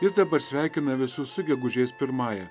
jis dabar sveikina visus su gegužės pirmąja